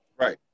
Right